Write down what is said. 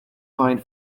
find